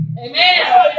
Amen